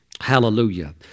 Hallelujah